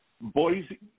Boise